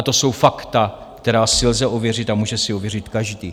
To jsou fakta, která si lze ověřit a může si ověřit každý.